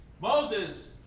Moses